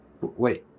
wait